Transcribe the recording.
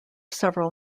several